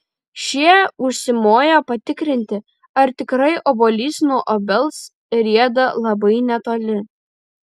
šie užsimojo patikrinti ar tikrai obuolys nuo obels rieda labai netoli